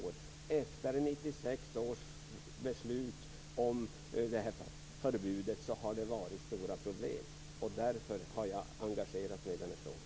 Efter 1996 års beslut om det här förbudet har det varit stora problem, och därför har jag engagerat mig i den här frågan.